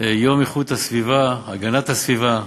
יום איכות הסביבה, הגנת הסביבה,